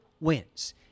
wins